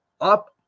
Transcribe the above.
up